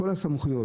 כל הסמכויות,